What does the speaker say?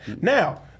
Now